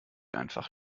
einfach